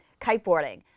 kiteboarding